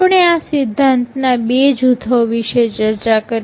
આપણે આ સિદ્ધાંતના બે જૂથો વિશે ચર્ચા કરી